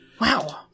Wow